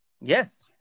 yes